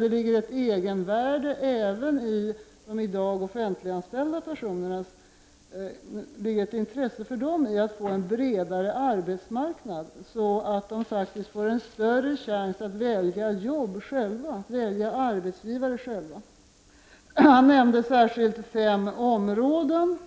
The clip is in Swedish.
Det finns ett intresse även bland de offentliganställda av att få en bredare arbetsmarknad, så att de faktiskt får en större chans att själva välja arbetsgivare. Finansministern nämnde särskilt fem områden.